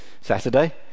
Saturday